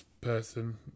person